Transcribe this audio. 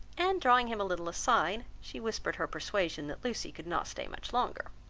and drawing him a little aside, she whispered her persuasion that lucy could not stay much longer.